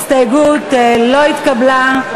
ההסתייגות לא התקבלה.